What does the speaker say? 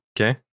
Okay